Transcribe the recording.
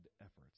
efforts